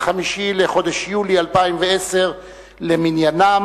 5 בחודש יולי 2010 למניינם.